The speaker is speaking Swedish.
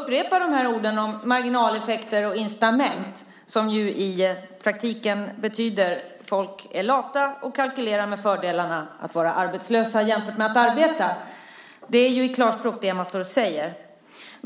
upprepar orden "marginaleffekter" och "incitament". Det betyder i praktiken att folk är lata och kalkylerar med fördelarna av att vara arbetslösa jämfört med att arbeta. Det är det man säger i klarspråk.